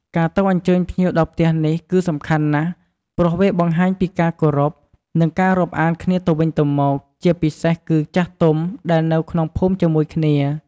ការទៅអញ្ជើញភ្ញៀវដល់ផ្ទះនេះគឺសំខាន់ណាស់ ព្រោះវាបង្ហាញពីការគោរព និងរាប់អានគ្នាទៅវិញទៅមក ជាពិសេសគឺចាស់ទុំដែលនៅក្នុងភូមិជាមួយគ្នា។